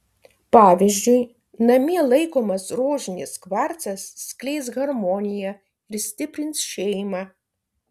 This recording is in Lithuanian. pavyzdžiui namie laikomas rožinis kvarcas skleis harmoniją ir stiprins šeimą